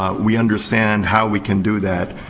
ah we understand how we can do that.